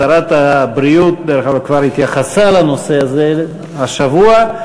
שרת הבריאות כבר התייחסה לנושא הזה השבוע,